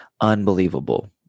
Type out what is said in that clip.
unbelievable